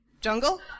Jungle